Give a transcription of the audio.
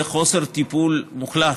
זה חוסר טיפול מוחלט,